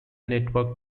network